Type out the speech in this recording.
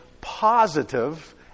positive